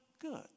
good